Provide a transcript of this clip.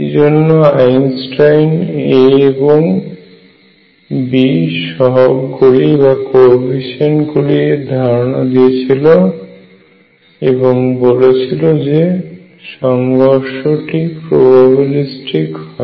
এইজন্য Einstein A এবং B সহগ এর ধারণা দিয়েছিল এবং বলেছিল যে সংঘর্ষটি প্রবাবিলিস্টিক হয়